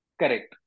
correct